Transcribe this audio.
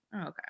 Okay